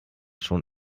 schon